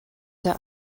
der